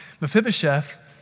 Mephibosheth